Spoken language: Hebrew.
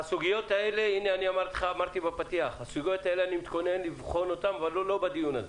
אני אמרתי בפתיח שאני מתכונן לבחון את הסוגיות האלה אבל לא בדיון הזה.